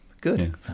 Good